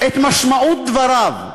את משמעות דבריו.